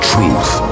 truth